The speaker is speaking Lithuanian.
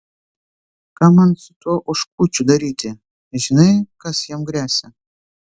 ką man su tuo oškučiu daryti žinai kas jam gresia